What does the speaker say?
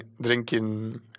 drinking